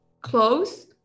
close